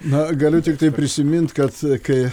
na galiu tiktai prisimint kad kai